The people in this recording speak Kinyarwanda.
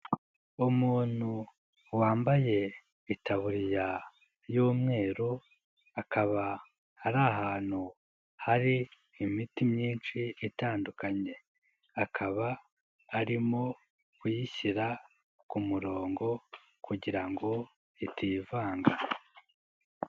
Umuntu wambaye itaburiya y'umweru. Akaba ari ahantu hari imiti myinshi itandukanye. Akaba arimo kuyishyira ku murongo kugira ngo itivanga.